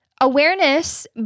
Awareness